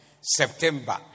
September